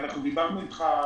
אנחנו דיברנו אתך,